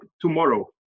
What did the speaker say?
tomorrow